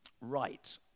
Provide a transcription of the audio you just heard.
right